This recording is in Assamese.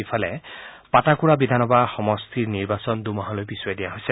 ইফালে পাটাকুৰা বিধানসভা সমষ্টিৰ নিৰ্বাচন দুমাহলৈ পিছুৱাই দিয়া হৈছে